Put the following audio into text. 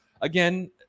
again